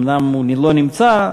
אומנם הוא לא נמצא,